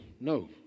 no